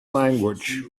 language